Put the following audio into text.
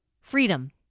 freedom